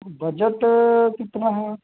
budget कितना है